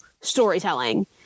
storytelling